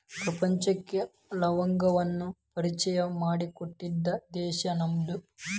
ಪ್ರಪಂಚಕ್ಕೆ ಲವಂಗವನ್ನಾ ಪರಿಚಯಾ ಮಾಡಿಕೊಟ್ಟಿದ್ದ ದೇಶಾ ನಮ್ದು